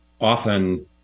often